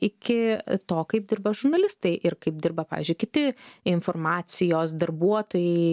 iki to kaip dirba žurnalistai ir kaip dirba pavyzdžiui kiti informacijos darbuotojai